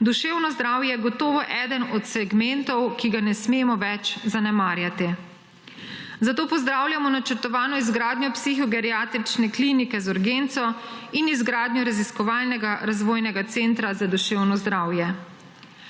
duševno zdravje gotovo eden od segmentov, ki ga ne smemo več zanemarjati. Zato pozdravljamo načrtovano izgradnjo psihogeriatrične klinike z urgenco in izgradnjo raziskovalnega razvojnega centra za duševno zdravje.